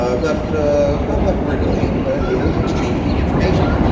ah but but what we're doing is exchanging information.